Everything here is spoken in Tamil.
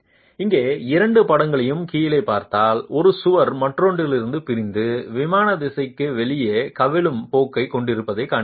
இங்கே இரண்டு படங்களையும் கீழே பார்த்தால் ஒரு சுவர் மற்றொன்றிலிருந்து பிரிந்து விமான திசைக்கு வெளியே கவிழும் போக்கைக் கொண்டிருப்பதைக் காண்கிறீர்கள்